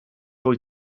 wyt